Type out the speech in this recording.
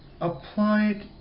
applied